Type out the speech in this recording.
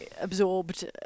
absorbed